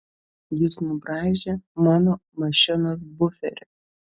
jis nubraižė mano mašinos buferį